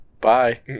Bye